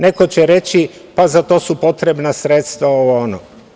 Neko će reći - za to su potrebna sredstva, ovo-ono.